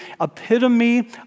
epitome